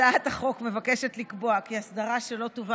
הצעת החוק מבקשת לקבוע כי אסדרה שלא תובא